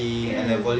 mm